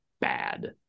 bad